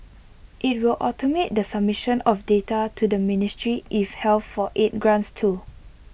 IT will automate the submission of data to the ministry if health for aid grants too